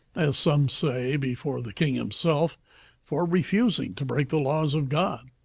as some say, before the king himself for refusing to break the laws of god.